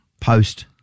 Post